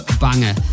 banger